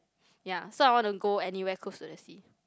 ya so I wanna go anywhere close to the sea